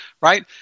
right